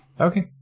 Okay